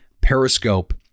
Periscope